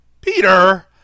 Peter